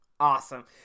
Awesome